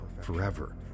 forever